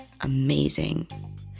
amazing